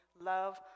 love